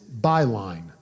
byline